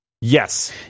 Yes